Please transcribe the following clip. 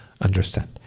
understand